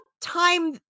time